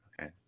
Okay